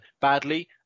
badly